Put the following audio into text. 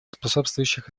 способствующих